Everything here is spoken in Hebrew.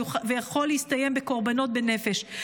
ויכול להסתיים בקורבנות בנפש.